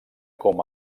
com